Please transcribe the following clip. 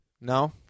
No